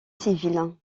civile